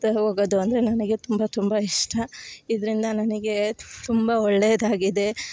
ಹೋಗೋದು ಅಂದರೆ ನನಗೆ ತುಂಬ ತುಂಬ ಇಷ್ಟ ಇದ್ರಿಂದ ನನಗೆ ತುಂಬ ಒಳ್ಳೆದಾಗಿದೆ